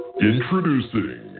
Introducing